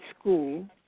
school